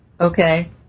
Okay